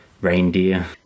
reindeer